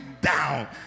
down